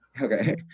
okay